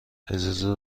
اجازه